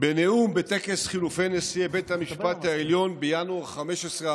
בנאום בטקס חילופי נשיאי בית המשפט העליון בינואר 2015,